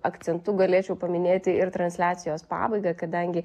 akcentu galėčiau paminėti ir transliacijos pabaigą kadangi